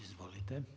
Izvolite.